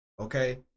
Okay